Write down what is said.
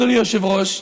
אדוני היושב-ראש: